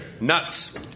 nuts